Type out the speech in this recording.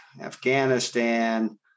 Afghanistan